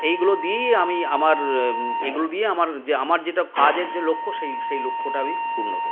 এইগুলো দিয়েই আমি আমার এগুলো দিয়েই আমার যে আমার যেটা কাজের যে লক্ষ সেই সেই লক্ষটা আমি পূর্ণ করতাম